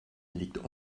liegt